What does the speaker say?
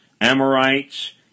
Amorites